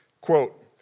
Quote